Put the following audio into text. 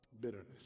bitterness